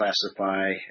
classify